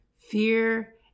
fear